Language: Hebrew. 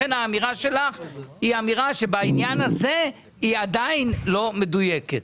לכן, בעניין הזה האמירה שלך עדיין לא מדויקת.